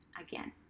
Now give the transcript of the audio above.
again